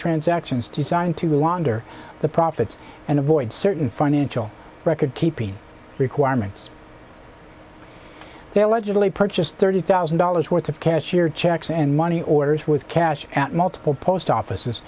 transactions designed to wander the profits and avoid certain financial record keeping requirements they allegedly purchased thirty thousand dollars worth of cashier's checks and money orders with cash at multiple post offices